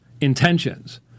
intentions